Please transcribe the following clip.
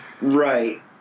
right